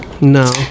No